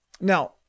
Now